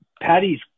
Patty's